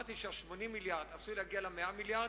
כשאמרתי שה-80 מיליארד עשויים להגיע ל-100 מיליארד,